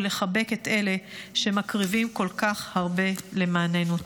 ולחבק את אלה שמקריבים כל כך הרבה למעננו.